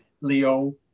Leo